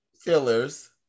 fillers